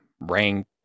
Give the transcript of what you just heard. rank